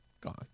gone